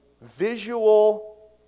visual